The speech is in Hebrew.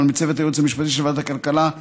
ולצוות הייעוץ המשפטי של ועדת הכלכלה,